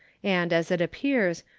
and, as it appears,